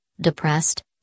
depressed